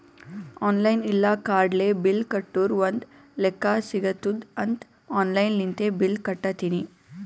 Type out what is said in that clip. online ಇಲ್ಲ ಕಾರ್ಡ್ಲೆ bill ಕಟ್ಟುರ್ ಒಂದ್ ಲೆಕ್ಕಾ ಸಿಗತ್ತುದ್ ಅಂತ್ ಆನ್ಲೈನ್ ಲಿಂತೆ ಬಿಲ್ ಕಟ್ಟತ್ತಿನಿ